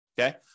okay